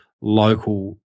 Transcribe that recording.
local –